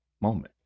moment